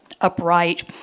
upright